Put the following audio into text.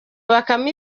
bakame